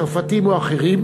צרפתים או אחרים,